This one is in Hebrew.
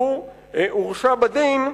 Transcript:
מבלי שהוא הורשע בדין,